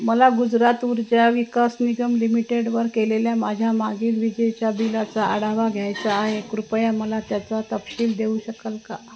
मला गुजरात ऊर्जा विकास निगम लिमिटेडवर केलेल्या माझ्या मागील विजेच्या बिलाचा आढावा घ्यायचा आहे कृपया मला त्याचा तपशील देऊ शकाल का